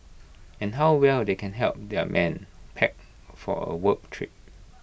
and how well they can help their men pack for A work trip